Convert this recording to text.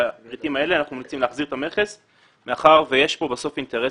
אנחנו ממליצים להחזיר את המכס מאחר ובסוף יש כאן אינטרס